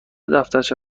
دفترچه